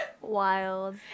Wild